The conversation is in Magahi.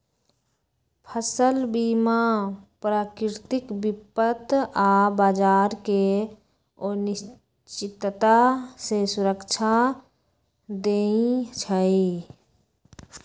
फसल बीमा प्राकृतिक विपत आऽ बाजार के अनिश्चितता से सुरक्षा देँइ छइ